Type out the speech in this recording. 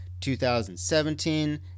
2017